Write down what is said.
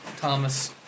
Thomas